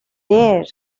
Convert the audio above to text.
there